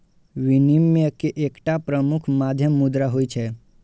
विनिमय के एकटा प्रमुख माध्यम मुद्रा होइ छै